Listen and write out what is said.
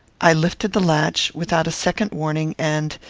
i lifted the latch, without a second warning, and,